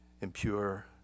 impure